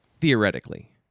Theoretically